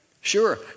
Sure